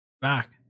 Back